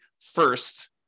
first